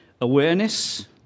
Awareness